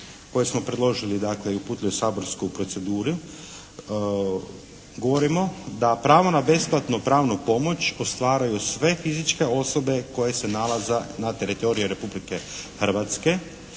koju smo predložili dakle i uputili u saborsku proceduru. Govorimo da je pravo na besplatnu pravnu pomoć ostvaruju sve fizičke osobe koje se nalaze na teritoriju Republike Hrvatske